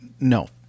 no